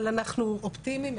אבל אנחנו אופטימיים,